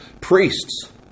Priests